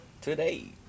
Today